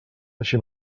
així